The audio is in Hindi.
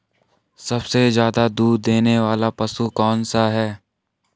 सबसे ज़्यादा दूध देने वाला पशु कौन सा है?